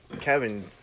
kevin